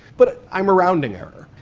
but i'm a rounding error.